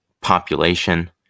population